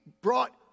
brought